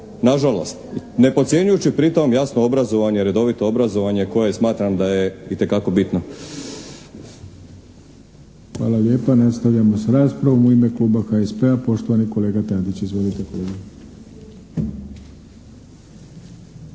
na žalost, ne podcjenjujući pritom jasno obrazovanje, redovito obrazovanje koje smatram da je itekako bitno. **Arlović, Mato (SDP)** Hvala lijepa. Nastavljamo s raspravom. U ime kluba HSP-a, poštovani kolega Tadić. Izvolite kolega.